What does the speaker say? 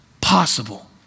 possible